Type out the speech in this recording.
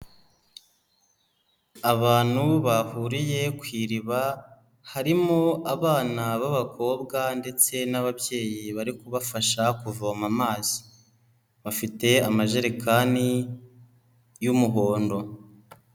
Abantu bahuriye ku iriba, harimo abana b'abakobwa ndetse n'ababyeyi bari kubafasha kuvoma amazi, bafite amajerekani y'umuhondo.